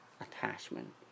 attachment